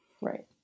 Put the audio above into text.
Right